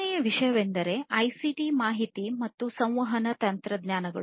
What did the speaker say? ಎರಡನೆಯ ವಿಷಯವೆಂದರೆ ಐಸಿಟಿ ಮಾಹಿತಿ ಮತ್ತು ಸಂವಹನ ತಂತ್ರಜ್ಞಾನ